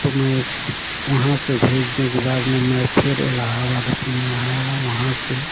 तो मैं वहाँ से भेजने के बाद में मैं फिर इलाहाबाद अपने यहाँ आया वहाँ से